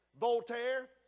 Voltaire